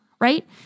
right